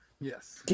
Yes